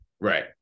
right